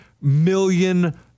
million